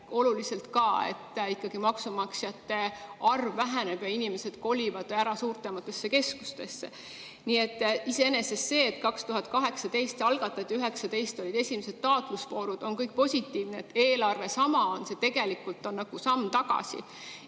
oluliselt, et maksumaksjate arv väheneb ja inimesed kolivad ära suurematesse keskustesse. Nii et iseenesest see, et 2018 algatati – 2019 olid esimesed taotlusvoorud –, on kõik positiivne. See et eelarve sama on, on tegelikult nagu samm tagasi.